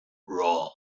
wrong